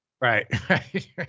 Right